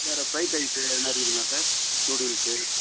வேறு fried rice எதனா இருக்குதுங்களா சார் நூடுல்ஸு